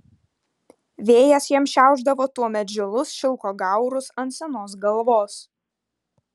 vėjas jam šiaušdavo tuomet žilus šilko gaurus ant senos galvos